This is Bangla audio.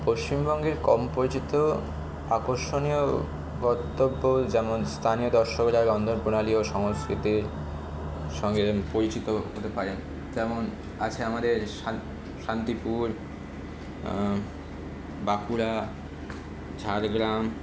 পশ্চিমবঙ্গের কম পরিচিত আকর্ষণীয় গন্তব্য যেমন স্থানে দর্শক যায় রন্ধণ প্রণালী ও সংস্কৃতির সঙ্গে পরিচিত হতে পারেন তেমন আছে আমাদের শান্তিপুর বাঁকুড়া ঝাড়গ্রাম